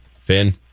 Finn